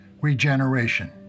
Regeneration